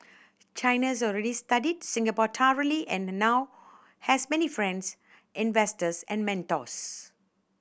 China has already studied Singapore thoroughly and now has many friends investors and mentors